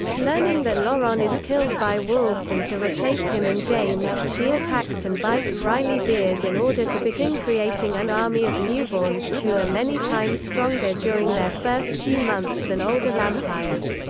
learning that laurent is killed by wolves and to replace him and james, she attacks and bites riley biers in order to begin creating an army of newborns, who are many times stronger during their first few months than older vampires.